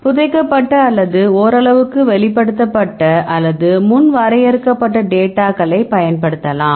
புதைக்கப்பட்ட அல்லது ஓரளவுக்கு வெளிப்படுத்தப்பட்ட அல்லது முன் வரையறுக்கப்பட்ட டேட்டாக்களை பயன்படுத்தலாம்